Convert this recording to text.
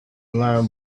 learn